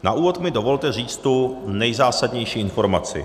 Na úvod mi dovolte říci tu nejzásadnější informaci.